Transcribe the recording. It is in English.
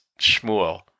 Shmuel